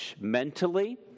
Mentally